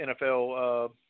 NFL